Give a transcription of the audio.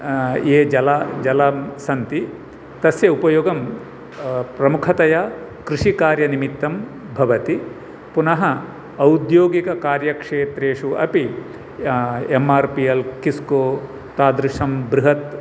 ये जला जलं सन्ति तस्य उपयोगं प्रमुखतया कृषिकार्यनिमित्तं भवति पुनः औद्योगिककार्यक्षेत्रेषु अपि एम् आर् पि एल् किस्को तादृशं बृहत्